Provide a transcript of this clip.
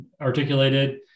articulated